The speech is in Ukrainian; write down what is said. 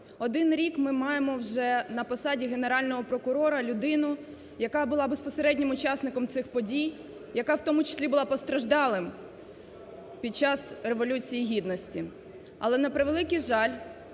Один рік ми маємо вже на посаді Генерального прокурора – людину, яка була безпосереднім учасником цих подій, яка в тому числі була постраждалим під час Революції Гідності. Але, на превеликий жаль,